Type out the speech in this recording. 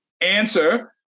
Answer